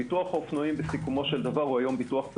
ביטוח אופנועים בסופו של דבר הוא פרסונלי.